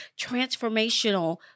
transformational